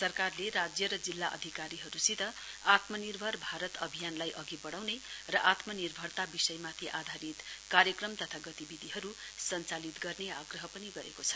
सरकारले राज्य र जिल्ला अधिकारीहरूसित आत्मनिर्भर भारत अभियानलाई अधि बढाउने र आत्मनिर्भरता विषयमाथि आधारित कार्यक्रम तथा गतिविधिहरू सञ्चालित गर्ने आग्रह पनि गरेको छ